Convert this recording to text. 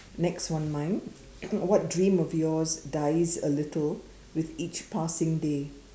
next one mine what dreams of yours dies a little with each passing day